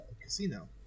casino